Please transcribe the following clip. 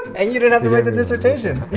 and you didn't have to write the dissertation!